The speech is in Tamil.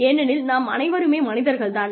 ஏனெனில் நாம் அனைவருமே மனிதர்கள் தான்